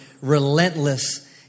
relentless